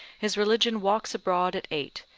his religion walks abroad at eight,